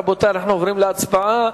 רבותי, אנחנו עוברים להצבעה.